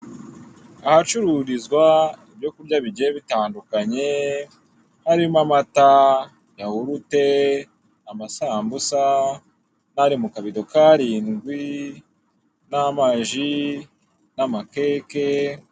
Ahacururizwa ibyo kurya bigiye bitandukanye, harimo amata, yahurute, amasambusa, n'ari mu kabido k'arindwi, n'amaji, n'amakeke.